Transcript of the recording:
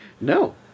No